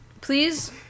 Please